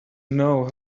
know